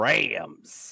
Rams